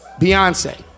beyonce